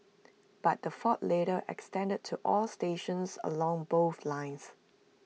but the fault later extended to all stations along both lines